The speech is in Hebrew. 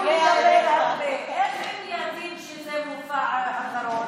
הוא מדבר הרבה, איך הם יודעים שזה מופע אחרון?